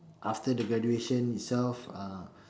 after the graduation itself uh